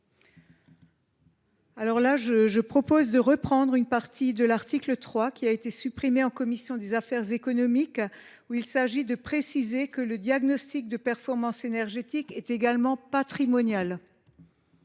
rétablir une partie du dispositif de l’article 3 qui a été supprimée en commission des affaires économiques : il s’agit de préciser que le diagnostic de performance énergétique est également patrimonial.